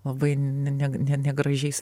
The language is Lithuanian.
labai ne negražiais